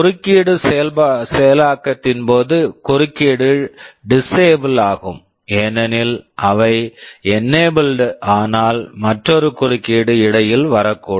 குறுக்கீடு செயலாக்கத்தின் போது குறுக்கீடு டிஸ்ஸேபிள் disable ஆகும் ஏனெனில் அவை என்னேபிள்ட் enabled ஆனால் மற்றொரு குறுக்கீடு இடையில் வரக்கூடும்